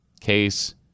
case